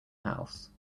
house